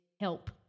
help